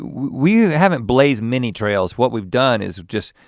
we haven't blazed many trails. what we've done is just,